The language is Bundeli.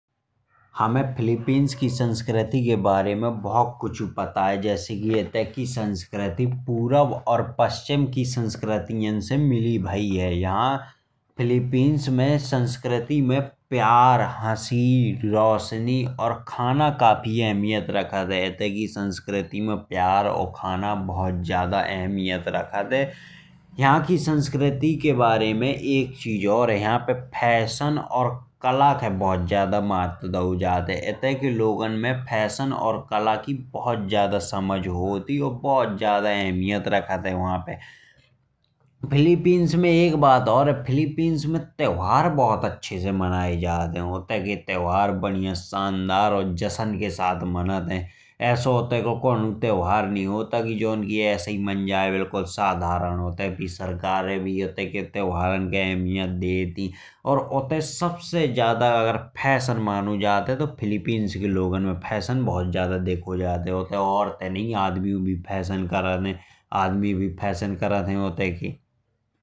हमे फिलिपिन्स की संस्कृति के बारे में बहुत कुछु पता है। जैसे कि इत्ते की संस्कृति पूरव और पश्चिम की संस्कृति से मिली भाई है। यहाँ फिलिपिन्स में प्यार, हँसी, रोशनी और खाना काफ़ी अहमियत रखत है। इत्ते की संस्कृति में प्यार और खाना बहुत ज़्यादा अहमियत रखत है। यहाँ की संस्कृति के बारे में एक चीज़ और है यहाँ पे फैशन। और कला के बहुत ज़्यादा महत्त्व दाओ जात है। इत्ते के लोगन में फैशन और कला की बहुत ज़्यादा समझ होत। ही और बहुत ज़्यादा अहमियत रखत है वहाँ पे। फिलिपिन्स में एक बात और है फिलिपिन्स में त्योहार बहुत अच्छे से मनाये जात है। उत्ते के त्योहार बढ़िया सन्दर जश्न के साथ मनत है। ए सो उत्ते को कौनो त्योहार नही होत आए जो की ए साई मन जाए साधारण उत्ते। की सरकारे भी उत्ते के त्योहारन के अहमियत देत ही। और उत्ते सबसे ज़्यादा फैशन मानो जात है तो फिलिपिन्स के लोगन में फैशन बहुत देखो जात है। उत्ते औरतयो नही आदमी भी फैशन करत है उत्ते के।